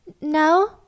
no